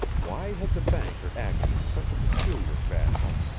why had the banker acted in such a peculiar fashion?